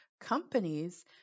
companies